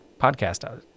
podcast